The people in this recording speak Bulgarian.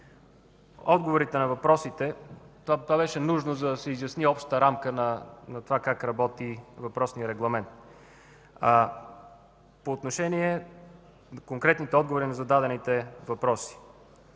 Отговорите на въпросите – това беше нужно, за да се изясни общата рамка на това как работи въпросният Регламент. По отношение конкретните отговори на зададените въпроси.